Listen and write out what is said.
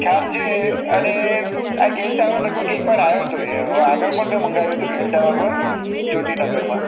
ખ્યાલ છે અને આ ગેલટાવર લગભગ એકવાર આવ્યો હતો એ હવે આગળ પણ મેં મંગાવ્યું હતું ગેલટાવર પર જ્યોતિનગરમાં